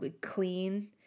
clean